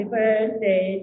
Birthday